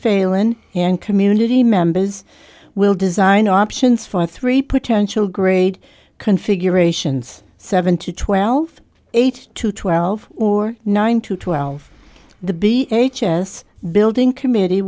failon and community members will design options for three potential grade configurations seven to twelve eight to twelve or nine to twelve the b h s building committee